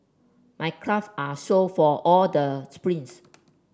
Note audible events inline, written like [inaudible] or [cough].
my craft are sore for all the sprints [noise]